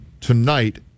tonight